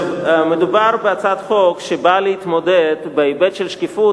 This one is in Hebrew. מדובר בהצעת חוק שבאה להתמודד בהיבט של שקיפות